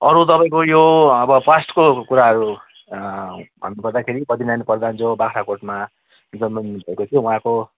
अरू तपाईँको यो अब पास्टको कुराहरू हामी पढ्दाखेरि कतिजना पढ्दा जो बाग्राकोटमा जन्म लिनु भएको थियो उहाँको